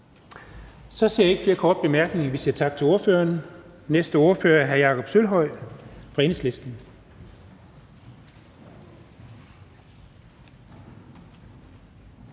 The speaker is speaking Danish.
Så ser jeg ikke flere korte bemærkninger. Vi siger tak til ordføreren. Næste ordfører er hr. Jakob Sølvhøj fra Enhedslisten.